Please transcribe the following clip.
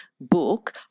book